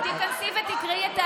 את עובדת עליי?